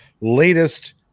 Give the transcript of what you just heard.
latest